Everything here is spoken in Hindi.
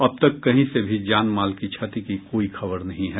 अब तक कहीं से भी जान माल की क्षति की कोई खबर नहीं है